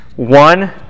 One